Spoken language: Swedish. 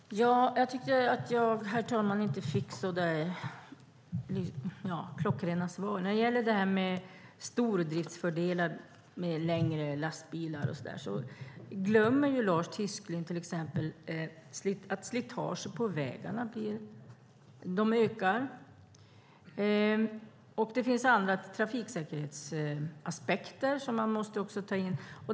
Herr talman! Jag tycker inte att jag fick klockrena svar. När det gäller stordriftsfördelar med längre lastbilar glömmer Lars Tysklind till exempel att slitaget på vägarna ökar. Och det finns andra trafiksäkerhetsaspekter som man också måste ta in.